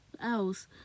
else